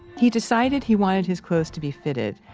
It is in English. he decided he wanted his clothes to be fitted,